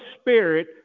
Spirit